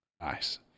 Nice